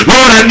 Lord